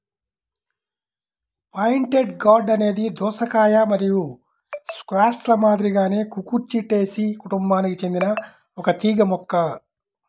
pointed gourd అనేది దోసకాయ మరియు స్క్వాష్ల మాదిరిగానే కుకుర్బిటేసి కుటుంబానికి చెందిన ఒక తీగ మొక్క